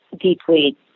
deeply